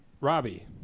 Robbie